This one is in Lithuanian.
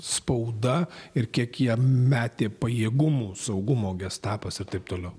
spauda ir kiek jie metė pajėgumų saugumo gestapas ir taip toliau